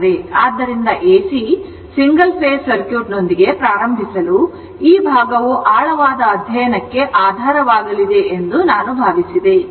ಆದ್ದರಿಂದ AC single phase ಸರ್ಕ್ಯೂಟ್ನೊಂದಿಗೆ ಪ್ರಾರಂಭಿಸಲು ಈ ಭಾಗವು ಆಳವಾದ ಅಧ್ಯಯನಕ್ಕೆ ಆಧಾರವಾಗಲಿದೆ ಎಂದು ನಾನು ಭಾವಿಸಿದೆ